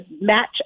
match